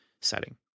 setting